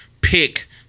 pick